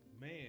man